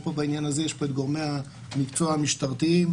פה בעניין הזה נמצאים פה גורמי המקצוע המשטרתיים,